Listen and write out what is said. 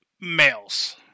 Males